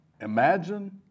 Imagine